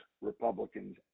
Republicans